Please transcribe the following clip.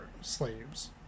slaves